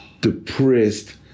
depressed